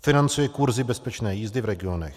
Financuje kurzy bezpečné jízdy v regionech.